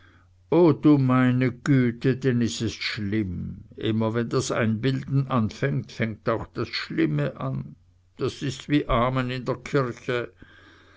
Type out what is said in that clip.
o du meine güte denn is es schlimm immer wenn das einbilden anfängt fängt auch das schlimme an das is wie amen in der kirche